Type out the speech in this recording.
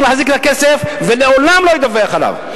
להחזיק את הכסף ולעולם לא לדווח עליו.